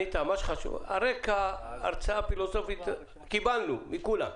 הרקע, הרצאה פילוסופית, קיבלנו מכולם.